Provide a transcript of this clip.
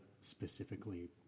specifically